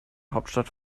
hauptstadt